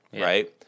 right